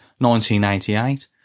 1988